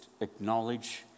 acknowledge